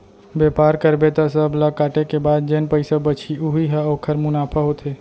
बेपार करबे त सब ल काटे के बाद जेन पइसा बचही उही ह ओखर मुनाफा होथे